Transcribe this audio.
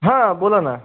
हां बोला ना